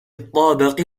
الطابق